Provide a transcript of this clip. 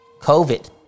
COVID